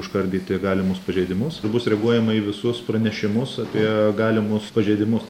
užkardyti galimus pažeidimus bus reaguojama į visus pranešimus apie galimus pažeidimus